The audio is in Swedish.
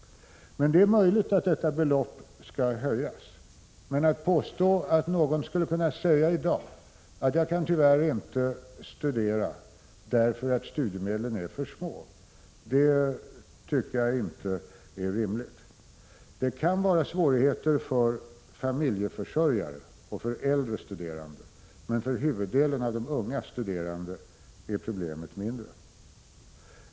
Det är möjligt att detta belopp skall höjas. Men att påstå att någon i dag skulle kunna säga att han eller hon tyvärr inte kan studera därför att studiemedlen är för små tycker jag inte är rimligt. Det kan vara svårigheter för familjeförsörjare och för äldre studerande, men för huvuddelen av de unga studerande är problemet mindre.